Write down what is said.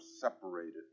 separated